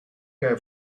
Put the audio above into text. her